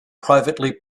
privately